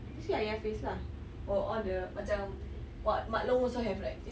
you see ayah face lah or all the macam wak mak long also have like